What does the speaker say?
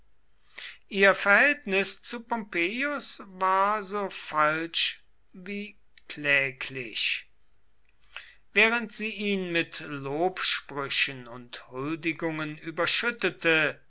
ihr verhältnis zu pompeius war so falsch wie kläglich während sie ihn mit lobsprüchen und huldigungen überschüttete